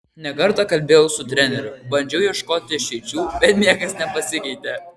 ne kartą kalbėjau su treneriu bandžiau ieškoti išeičių bet niekas nepasikeitė